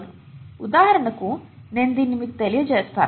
ఉదాహరణకు నేను దీనిని మీకు తెలియజేస్తాను